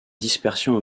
dispersion